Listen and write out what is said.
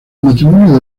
matrimonio